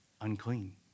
unclean